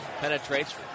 penetrates